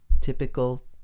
typical